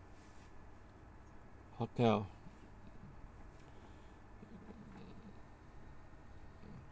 hotel